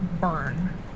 burn